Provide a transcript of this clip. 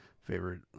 favorite